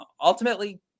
ultimately